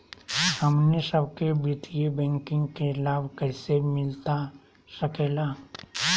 हमनी सबके वित्तीय बैंकिंग के लाभ कैसे मिलता सके ला?